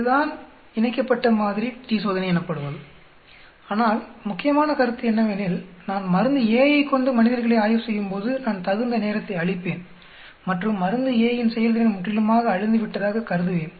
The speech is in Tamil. இதுதான் இணைக்கப்பட்ட மாதிரி t சோதனை எனப்படுவது ஆனால் முக்கியமான கருத்து என்னவெனில் நான் மருந்து A ஐ கொண்டு மனிதர்களை ஆய்வு செய்யும்போது நான் தகுந்த நேரத்தை அளிப்பேன் மற்றும் மருந்து A இன் செயல்திறன் முற்றிலுமாக அழிந்துவிட்டதாக கருதுவேன்